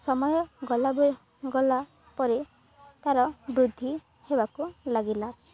ସମୟ ଗଲା ପରେ ତାର ବୃଦ୍ଧି ହେବାକୁ ଲାଗିଲା